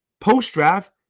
post-draft